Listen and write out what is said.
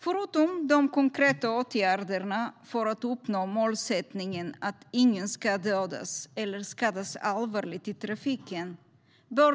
Förutom de konkreta åtgärderna för att uppnå målsättningen att ingen ska dödas eller skadas allvarligt i trafiken bör